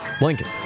Lincoln